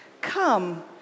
Come